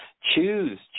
choose